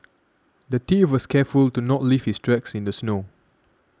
the thief was careful to not leave his tracks in the snow